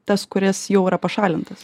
tas kuris jau yra pašalintas